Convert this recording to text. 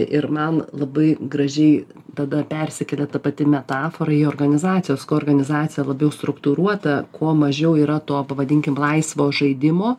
ir man labai gražiai tada persikelia ta pati metafora į organizacijas kuo organizacija labiau struktūruota kuo mažiau yra to pavadinkim laisvo žaidimo